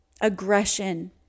aggression